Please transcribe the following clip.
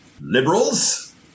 liberals